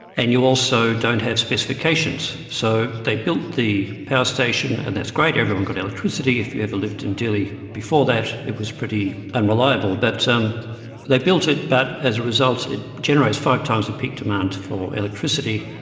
and you also don't have specifications. so they built the power station and that's great, everyone got electricity. if you ever lived in dili before that, it was pretty unreliable. but um they built it, but as a result it generates five times the peak demand for electricity,